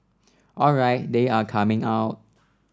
alright they are coming out